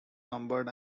numbered